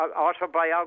autobiography